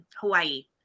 Hawaii